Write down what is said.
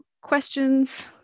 questions